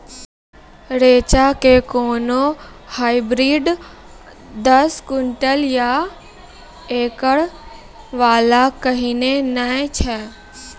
रेचा के कोनो हाइब्रिड दस क्विंटल या एकरऽ वाला कहिने नैय छै?